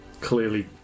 clearly